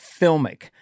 filmic